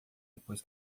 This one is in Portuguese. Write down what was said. depois